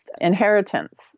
inheritance